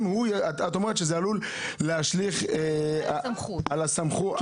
אומרת שזה עלול להשליך על הסמכות.